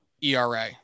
era